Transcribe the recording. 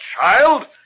child